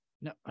No